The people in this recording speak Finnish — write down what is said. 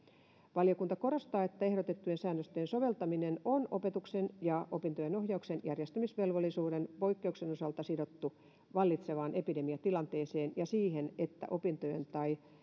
valiokunta korostaa että ehdotettujen säännösten soveltaminen on opetuksen ja opintojen ohjauksen järjestämisvelvollisuuden poikkeuksen osalta sidottu vallitsevaan epidemiatilanteeseen ja siihen että